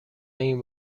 این